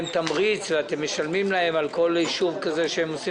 תמריץ ואתם משלמים להם על כל אישור כזה שהם עושים?